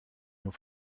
nur